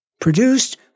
produced